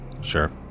Sure